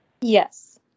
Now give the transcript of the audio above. Yes